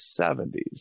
70s